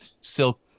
silk